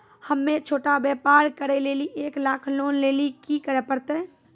हम्मय छोटा व्यापार करे लेली एक लाख लोन लेली की करे परतै?